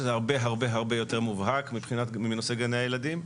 שזה הרבה-הרבה יותר מובהק מנושא גני הילדים.